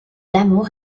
d’amour